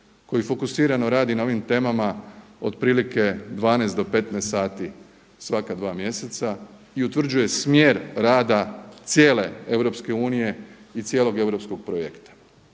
koji fokusirano radi na ovim temama otprilike 12 do 15 sati svaka dva mjeseca i utvrđuje smjer rada cijele EU i cijelog europskog projekta.